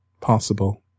possible